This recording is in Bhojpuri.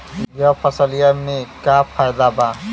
यह फसलिया में का फायदा बा?